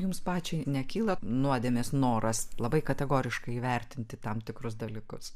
jums pačiai nekyla nuodėmės noras labai kategoriškai įvertinti tam tikrus dalykus